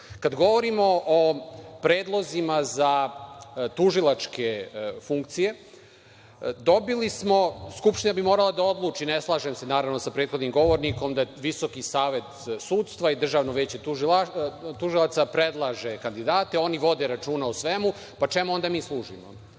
govorimo o predlozima za tužilačke funkcije, Skupština bi morala da odluči. Ne slažem se, naravno, sa prethodnim govornikom da Visoki savet sudstva i Državno veće tužilaca predlaže kandidate. Oni vode računa o svemu, pa čemu onda mi služimo?